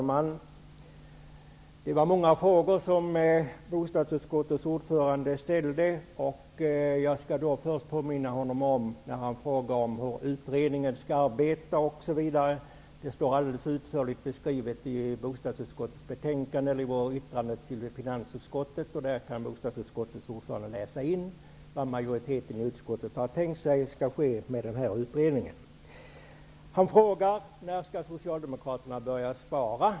Herr talman! Bostadsutskottets ordförande ställde många frågor. Han frågade bl.a. hur utredningen skall arbeta. Jag vill då påminna honom om att det står utförligt beskrivet i bostadsutskottets betänkande i vårt yttrande till finansutskottet. Bostadsutskottets ordförande kan där läsa vad majoriteten i utskottet har tänkt sig skall ske med utredningen. Agne Hansson frågar när Socialdemokraterna skall börja spara.